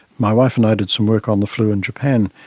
my wife and i did some work on the flu in japan,